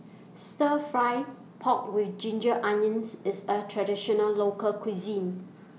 Stir Fry Pork with Ginger Onions IS A Traditional Local Cuisine